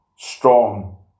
Strong